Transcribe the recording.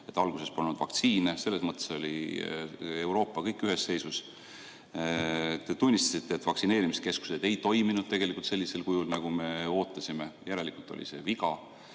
Et alguses polnud vaktsiine, selles oli kogu Euroopa samas seisus. Te tunnistasite, et vaktsineerimiskeskused ei toiminud tegelikult sellisel kujul, nagu me ootasime, järelikult oli see viga.